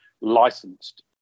licensed